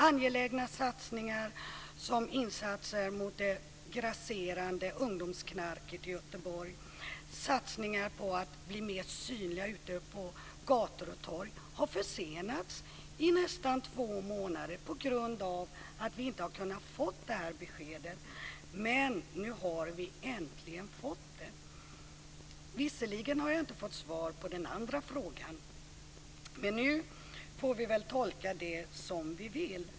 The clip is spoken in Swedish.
Angelägna satsningar som insatser mot det grasserande ungdomsknarket i Göteborg och satsningar på att bli mer synliga ute på gator och torg har försenats i nästan två månader på grund av att vi inte har kunnat få det här beskedet, men nu har vi äntligen fått det. Visserligen har jag inte fått svar på den andra frågan, men nu får vi väl tolka det som vi vill.